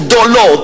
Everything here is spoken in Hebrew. גדולות,